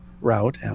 route